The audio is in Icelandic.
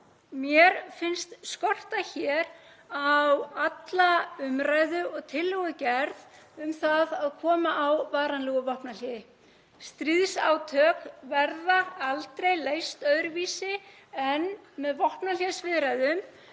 mér finnst skorta hér á alla umræðu og tillögugerð um það að koma á varanlegu vopnahléi. Stríðsátök verða aldrei leyst öðruvísi en með vopnahlésviðræðum.